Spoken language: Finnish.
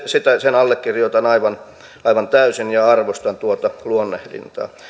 sen allekirjoitan aivan aivan täysin ja arvostan tuota luonnehdintaa